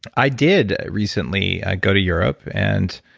i did recently go to europe and,